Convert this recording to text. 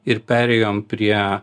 ir perėjom prie